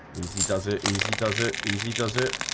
easy does it easy? does it easy does it?